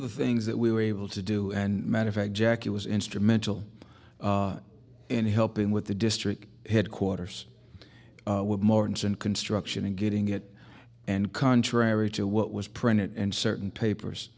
the things that we were able to do and matter of fact jackie was instrumental in helping with the district headquarters with morons and construction and getting it and contrary to what was printed in certain papers